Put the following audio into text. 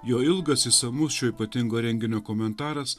jo ilgas išsamus šio ypatingo renginio komentaras